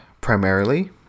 primarily